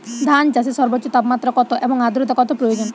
ধান চাষে সর্বোচ্চ তাপমাত্রা কত এবং আর্দ্রতা কত প্রয়োজন?